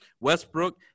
Westbrook